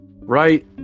right